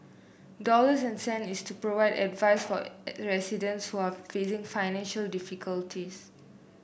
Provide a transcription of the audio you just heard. dollars and cent is to provide advice for a residents who are facing financial difficulties